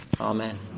Amen